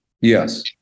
Yes